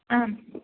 ஆ